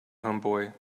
homeboy